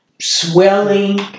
swelling